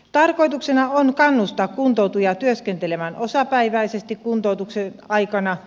tarkoituksena on kannustaa kuntoutujaa työskentelemään osapäiväisesti kuntoutuksen aikana